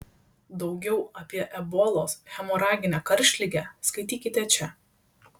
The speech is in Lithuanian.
daugiau apie ebolos hemoraginę karštligę skaitykite čia